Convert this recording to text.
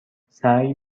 سعی